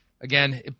again